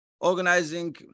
organizing